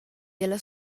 della